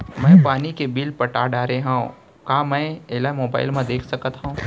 मैं पानी के बिल पटा डारे हव का मैं एला मोबाइल म देख सकथव?